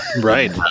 right